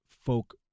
folk